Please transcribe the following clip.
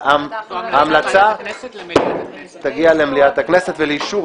אין ההצעה לחילופי אישים בוועדה המשותפת לוועדת הכנסת ולוועדת